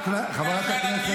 אה, לא היית פה?